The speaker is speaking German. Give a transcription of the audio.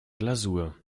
glasur